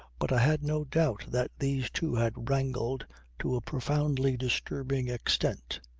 but i had no doubt that these two had wrangled to a profoundly disturbing extent.